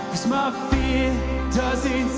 smug fear doesn't